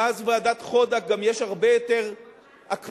מאז ועדת-חודק גם יש הרבה יותר הקפדה